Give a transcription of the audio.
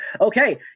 Okay